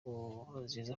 nkurunziza